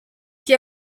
qui